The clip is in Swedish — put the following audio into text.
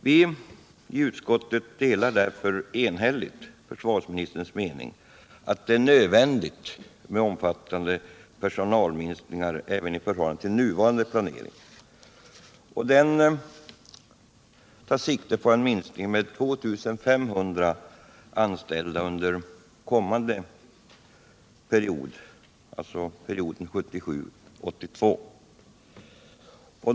; Vi i utskottet delar därför enhälligt försvarsministerns mening att det är nödvändigt med omfattande personalminskningar även i förhållande till nuvarande planering. Denna tar sikte på en minskning med 2 500 anställda under perioden 1977-1982.